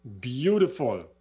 Beautiful